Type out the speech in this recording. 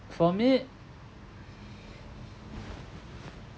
for me